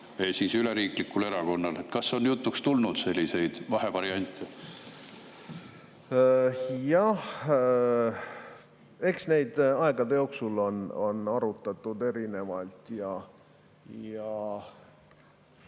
kui üleriiklikul erakonnal. Kas on jutuks tulnud selliseid vahevariante? Jah, eks aegade jooksul on arutatud erinevaid